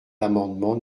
l’amendement